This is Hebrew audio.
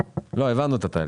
לא, הבנו את התהליך.